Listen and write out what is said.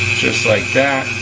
just like that,